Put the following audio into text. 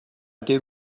did